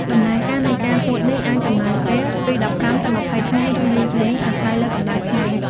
ដំណើរការនៃការហួតនេះអាចចំណាយពេលពី ១៥ ទៅ ២០ ថ្ងៃ ឬយូរជាងនេះ អាស្រ័យលើកម្ដៅថ្ងៃ។